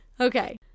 Okay